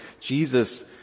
Jesus